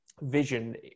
vision